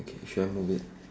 okay should I move it